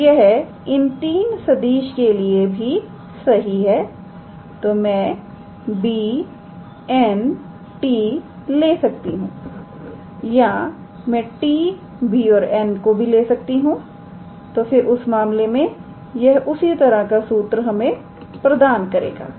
तो यह इन 3 सदिश के लिए भी सही है तो मैं 𝑏̂ 𝑛̂ 𝑡̂ ले सकती हूं या मैं 𝑡̂ 𝑏̂ और 𝑛̂ को भी ले सकती हूं तो फिर उस मामले में यह उसी तरह का सूत्र हमें प्रदान करेगा